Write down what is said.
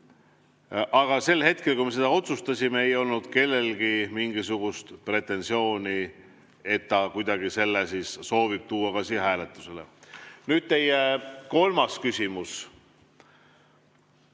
Aga sel hetkel, kui me seda otsustasime, ei olnud kellelgi mingisugust pretensiooni, et ta kuidagi selle soovib tuua siia hääletusele. Nüüd, teie kolmas küsimus.